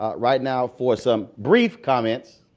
ah right now for some brief comments,